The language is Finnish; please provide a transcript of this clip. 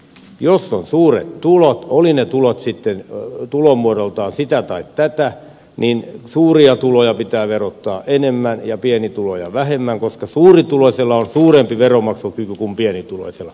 jos on suuret tulot ovat ne tulot sitten tulomuodoltaan sitä tai tätä niin suuria tuloja pitää verottaa enemmän ja pieniä tuloja vähemmän koska suurituloisella on suurempi veronmaksukyky kuin pienituloisella